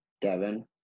Devin